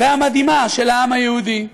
והמדהימה של העם היהודי.